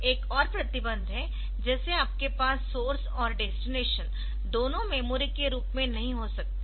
एक और प्रतिबंध है जैसे आपके पास सोर्स और डेस्टिनेशन दोनों मेमोरी के रूप में नहीं हो सकते